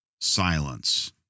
silence